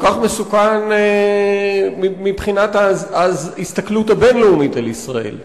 כל כך מסוכן מבחינת ההסתכלות הבין-לאומית על ישראל,